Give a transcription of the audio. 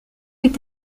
est